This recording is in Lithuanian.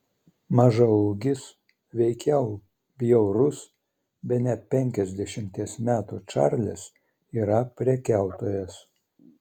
mažaūgis veikiau bjaurus bene penkiasdešimties metų čarlis yra prekiautojas